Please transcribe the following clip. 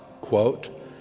quote